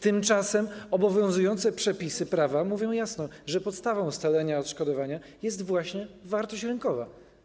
Tymczasem obowiązujące przepisy prawa mówią jasno, że podstawą ustalenia wysokości odszkodowania jest właśnie wartość rynkowa.